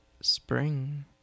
spring